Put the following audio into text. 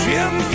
Jim